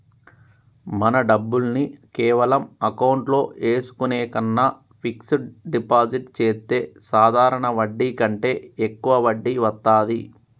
మన డబ్బుల్ని కేవలం అకౌంట్లో ఏసుకునే కన్నా ఫిక్సడ్ డిపాజిట్ చెత్తే సాధారణ వడ్డీ కంటే యెక్కువ వడ్డీ వత్తాది